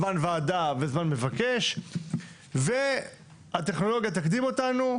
זמן ועדה וזמן מבקש והטכנולוגיה תקדים אותנו,